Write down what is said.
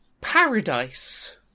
Paradise